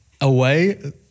away